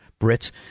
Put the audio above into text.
Brits